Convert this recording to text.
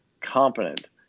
competent